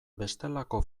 bestelako